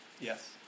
Yes